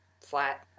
flat